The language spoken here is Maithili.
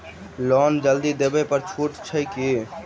लोन जल्दी देबै पर छुटो छैक की?